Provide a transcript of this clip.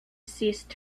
ceased